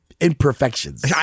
imperfections